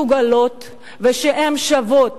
שהן מסוגלות ושהן שוות.